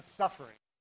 suffering